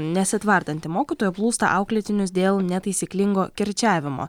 nesitvardanti mokytoja plūsta auklėtinius dėl netaisyklingo kirčiavimo